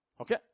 okay